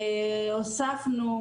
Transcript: הוספנו